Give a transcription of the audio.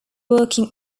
working